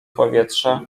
powietrze